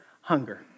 hunger